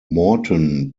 morton